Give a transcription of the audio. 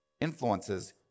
influences